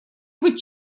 быть